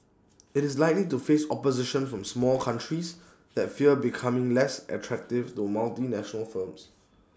IT is likely to face opposition from small countries that fear becoming less attractive to multinational firms